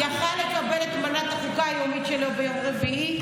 הוא יוכל היה לקבל את מנת החוקה היומית שלו ביום רביעי,